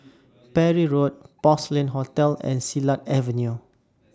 Parry Road Porcelain Hotel and Silat Avenue